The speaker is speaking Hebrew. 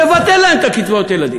תבטל להם את קצבאות הילדים.